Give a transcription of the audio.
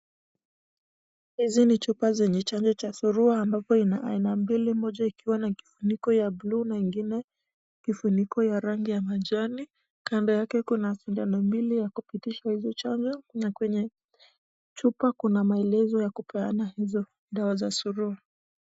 Hizi ni chupa zenye chanjo cha surua ambapo ina aina mbili. Moja ikiwa na kifuniko ya blue na ingine kifuniko ya rangi ya majani. Kando yake kuna sindano mbili ya kupitisha hizo chanjo na kwenye chupa kuna maelezo ya kupeana hizo dawa za surua.